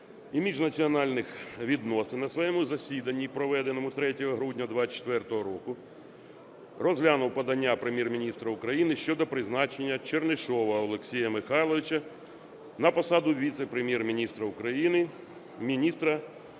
міжнаціональних відносин на своєму засіданні, проведеному 3 грудня 2024 року, розглянув подання Прем'єр-міністра України щодо призначення Чернишова Олексія Михайловича на посаду Віце-прем'єр-міністра України – Міністра